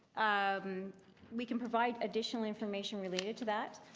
um we can provide additional information related to that.